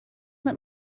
let